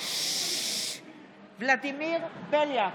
ולדימיר בליאק,